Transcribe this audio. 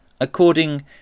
according